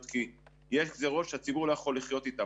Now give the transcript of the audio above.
כי יש גזרות שהציבור לא יכול לחיות אתן.